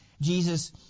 Jesus